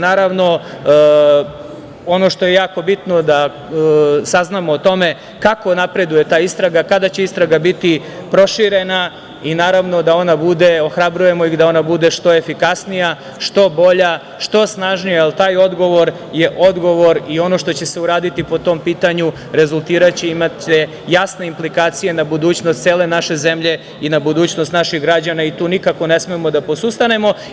Naravno, ono što je jako bitno je da saznamo o tome kako napreduje ta istraga, kada će istraga biti proširena i naravno da ona bude, ohrabrujemo ih da ona bude što efikasnija, što bolja, što snažnija jer ta odgovor je odgovor i ono što će se uraditi po tom pitanju imaće jasne implikacije na budućnost cele naše zemlje i na budućnost naših građana i tu nikako ne smemo da posustanemo.